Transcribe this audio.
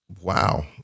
Wow